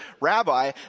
Rabbi